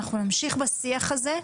אנחנו נמשיך בשיח הזה,